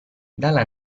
della